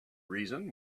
reason